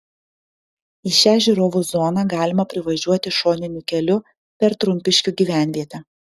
į šią žiūrovų zoną galima privažiuoti šoniniu keliu per trumpiškių gyvenvietę